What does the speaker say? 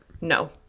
no